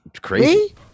crazy